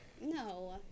No